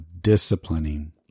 disciplining